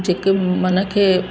जेके मन खे